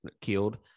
killed